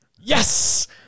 Yes